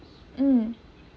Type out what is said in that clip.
mm